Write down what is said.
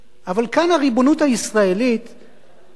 אבל כאן הריבונות הישראלית נשארת.